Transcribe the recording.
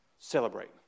Celebrate